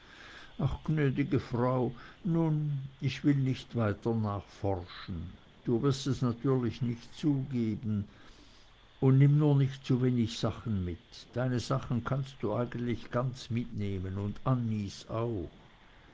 ach gnädigste frau nun ich will nicht weiter nachforschen du wirst es natürlich nicht zugeben und nimm nur nicht zu wenig sachen mit deine sachen kannst du eigentlich ganz mitnehmen und annies auch